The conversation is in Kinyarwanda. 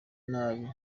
nabi